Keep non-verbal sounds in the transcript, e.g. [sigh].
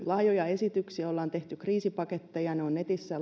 laajoja esityksiä olemme tehneet kriisipaketteja ne ovat netissä [unintelligible]